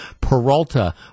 Peralta